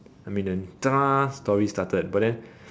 I mean the story started but then